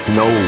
no